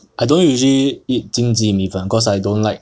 I don't usually eat 经济米粉 cause I don't like